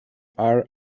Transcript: are